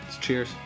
Cheers